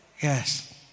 Yes